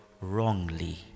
wrongly